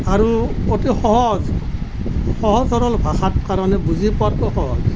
আৰু অতি সহজ সহজ সৰল ভাষাত হোৱা কাৰণে বুজি পোৱাত সহজ